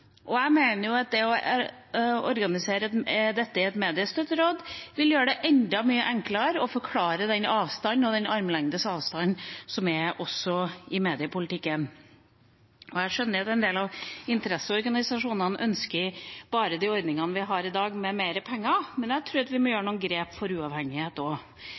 kriterier. Jeg mener at det å organisere dette i et mediestøtteråd vil gjøre det enda mye enklere å forklare den armlengdes avstanden som er i mediepolitikken. Jeg skjønner at en del av interesseorganisasjonene ønsker bare de ordningene vi har i dag, med mer penger, men jeg tror at vi må ta noen grep også for